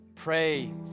pray